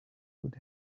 would